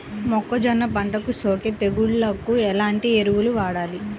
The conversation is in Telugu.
మొక్కజొన్న పంటలకు సోకే తెగుళ్లకు ఎలాంటి ఎరువులు వాడాలి?